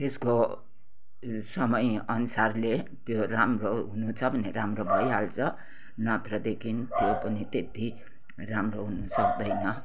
तेसको समय अनुसारले त्यो राम्रो हुनु छ भने राम्रो भइहाल्छ नत्रदेखि त्यो पनि त्यति राम्रो हुनु सक्दैन